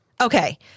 Okay